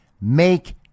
make